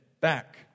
back